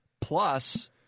Plus